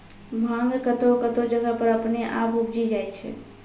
भांग कतौह कतौह जगह पर अपने आप उपजी जाय छै